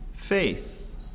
Faith